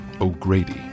O'Grady